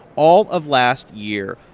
all of last year,